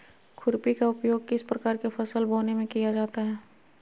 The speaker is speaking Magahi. खुरपी का उपयोग किस प्रकार के फसल बोने में किया जाता है?